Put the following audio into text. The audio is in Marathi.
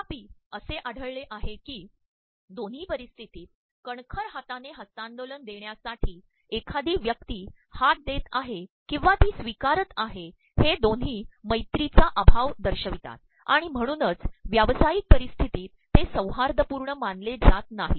तर्ाप्रप असे आढळलेआहेकी दोन्ही पररप्स्त्र्तीत कणखर हातानेहस्त्तांदोलन देण्यासाठी एखादी व्यक्ती हात देत आहे ककंवा ती स्त्वीकारत आहे हे दोन्ही मैरीचा अभाव दशयप्रवतात आणण म्हणूनच व्यावसातयक पररप्स्त्र्तीत ते सौहादयपूणय मानले जात नाही